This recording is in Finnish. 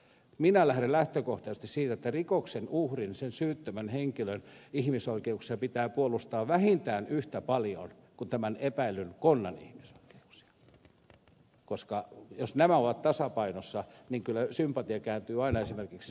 minä lähden lähtökohtaisesti siitä että rikoksen uhrin sen syyttömän henkilön ihmisoikeuksia pitää puolustaa vähintään yhtä paljon kuin tämän epäillyn konnan ihmisoikeuksia koska jos nämä ovat tasapainossa niin kyllä sympatia kääntyy aina esimerkiksi sinne uhrin puolelle